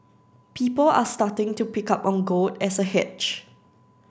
people are starting to pick up on gold as a hedge